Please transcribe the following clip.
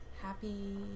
happy